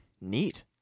Neat